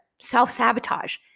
Self-sabotage